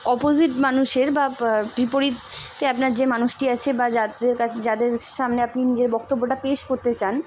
opposite মানুষের বা বিপরীিতে আপনার যে মানুষটি আছে বা যাদের কা যাদের সামনে আপনি নিজের বক্তব্যটা পেশ করতে চান